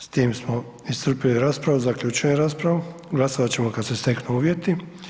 S tim smo iscrpili raspravu, zaključujem raspravu, glasovat ćemo kad se steknu uvjeti.